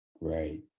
Right